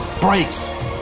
breaks